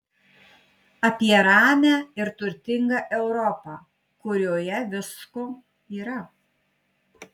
apie ramią ir turtingą europą kurioje visko yra